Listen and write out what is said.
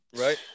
Right